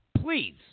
Please